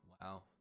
wow